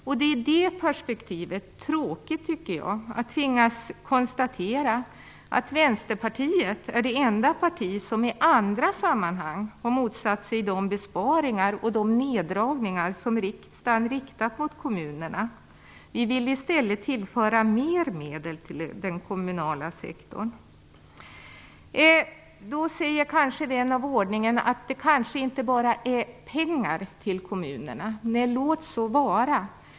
I det perspektivet tycker jag att det är tråkigt att tvingas konstatera att Vänsterpartiet är det enda parti som i andra sammanhang har motsatt sig de besparingar och de neddragningar som riksdagen har riktat mot kommunerna. Vi vill i stället tillföra ytterligare medel till den kommunala sektorn. Vän av ordning kan då säga att det kanske inte bara gäller pengar till kommunerna. Nej, det kan så vara.